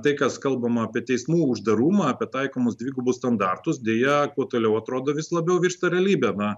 tai kas kalbama apie teismų uždarumą apie taikomus dvigubus standartus deja kuo toliau atrodo vis labiau virsta realybe na